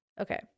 Okay